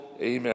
Amen